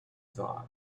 thought